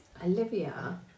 Olivia